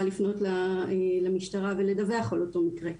לפנות למשטרת ישראל ולדווח על אותו המקרה.